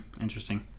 Interesting